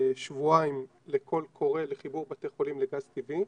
שבועיים לקול קורא לחיבור בתי חולים לגז טבעי,